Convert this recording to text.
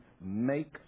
make